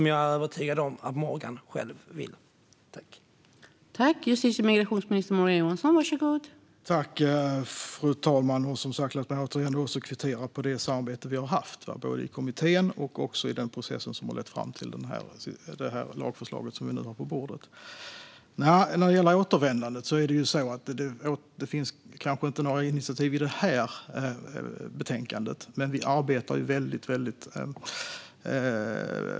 Jag är övertygad om att Morgan själv vill ha det.